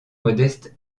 modeste